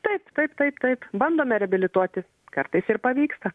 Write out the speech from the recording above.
taip taip taip taip bandome reabilituoti kartais ir pavyksta